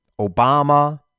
Obama